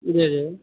जी जी